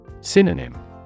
Synonym